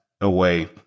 away